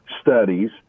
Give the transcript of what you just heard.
studies